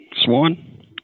Swan